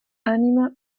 anima